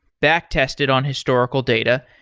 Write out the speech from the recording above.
back test it on historical data,